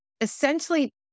essentially